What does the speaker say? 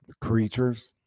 creatures